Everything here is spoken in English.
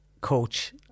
coach